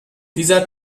dieser